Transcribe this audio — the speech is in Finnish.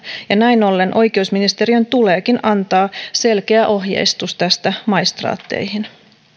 ja näin ollen oikeusministeriön tuleekin antaa selkeä ohjeistus tästä maistraatteihin